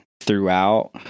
throughout